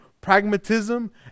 pragmatism